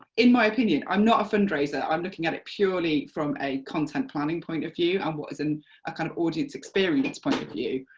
in my opinion, i'm not a fundraiser, i'm looking at it purely from a content planning point of view and what is an and ah kind of audience experience point of view,